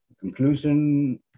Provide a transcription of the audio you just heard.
conclusion